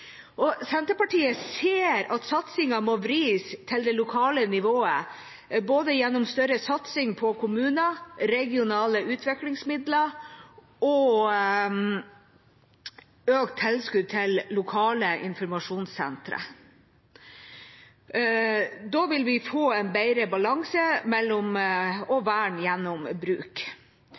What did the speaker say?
Senterpartiet ser at satsingen må vris til det lokale nivået gjennom både større satsing på kommuner, regionale utviklingsmidler og økt tilskudd til lokale informasjonssentre. Da vil vi få en bedre balanse og vern gjennom bruk.